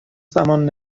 زمان